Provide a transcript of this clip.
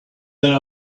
that